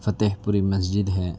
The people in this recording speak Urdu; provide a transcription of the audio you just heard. فتح پوری مسجد ہے